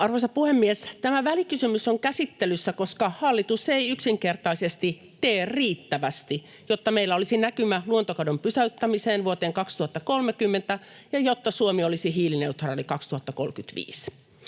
Arvoisa puhemies! Tämä välikysymys on käsittelyssä, koska hallitus ei yksinkertaisesti tee riittävästi, jotta meillä olisi näkymä luontokadon pysäyttämiseen vuoteen 2030 ja jotta Suomi olisi hiilineutraali